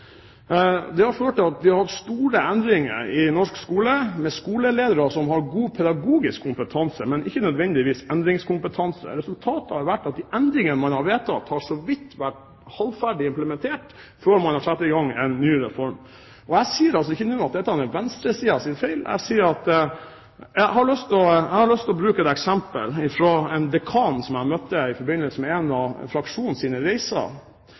Det har ført til at vi har hatt store endringer i norsk skole med skoleledere som har god pedagogisk kompetanse, men ikke nødvendigvis endringskompetanse. Resultatet har vært at de endringene man har vedtatt, så vidt har vært halvferdig implementert før man har satt i gang med en ny reform. Jeg sier ikke nå at dette er venstresidens feil. Jeg har lyst til å bruke et eksempel fra en dekan som jeg møtte i forbindelse med en av fraksjonens reiser.